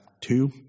two